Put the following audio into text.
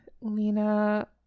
Lena